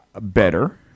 better